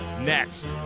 Next